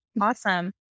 Awesome